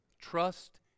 Trust